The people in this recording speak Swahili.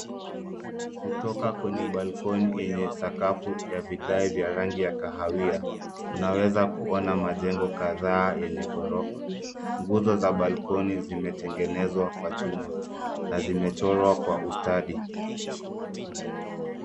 Kutoka kwenye balkoni yenye sakafu ya vigae vya rangi ya kahawia, unaweza kuwa na majengo kadhaa yenye ghorofa. Nguzo za balkoni zimetengenezwa kwa chuma na zimechorwa kwa ustadi.